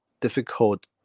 difficult